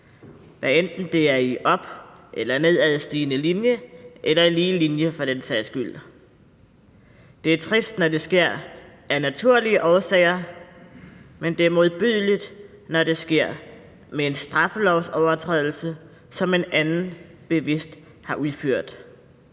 hvad enten det er i op- eller nedadgående linje, eller i lige linje for den sags skyld. Det er trist, når det sker af naturlige årsager, men det er modbydeligt, når det sker med en straffelovsovertrædelse, som en anden bevidst har udført,